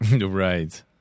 Right